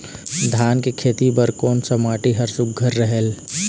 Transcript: धान के खेती बर कोन सा माटी हर सुघ्घर रहेल?